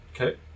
Okay